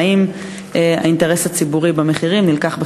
ברצוני לשאול: 1. האם נכון הדבר?